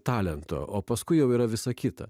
talento o paskui jau yra visa kita